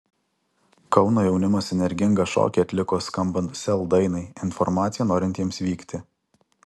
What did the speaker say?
kauno jaunimas energingą šokį atliko skambant sel dainai informacija norintiems vykti